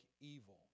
evil